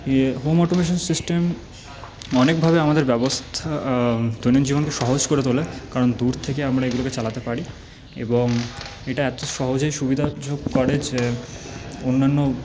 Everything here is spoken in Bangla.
ইয়ে হোম অটোমেশান সিস্টেম অনেকভাবে আমাদের ব্যবস্থা দৈনন্দিন জীবনকে সহজ করে তোলে কারণ দূর থেকে আমরা এগুলোকে চালাতে পারি এবং এটা এত সহজেই সুবিধা করে যে অন্যান্য